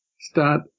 start